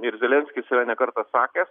ir zelenskis yra ne kartą sakęs